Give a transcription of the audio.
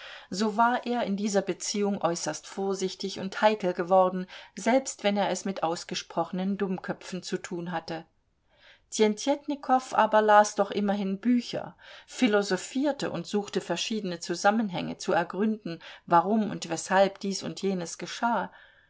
so war er in dieser beziehung äußerst vorsichtig und heikel geworden selbst wenn er es mit ausgesprochenen dummköpfen zu tun hatte tjentjetnikow aber las doch immerhin bücher philosophierte und suchte verschiedene zusammenhänge zu ergründen warum und weshalb dies und jenes geschah